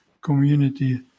community